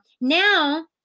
now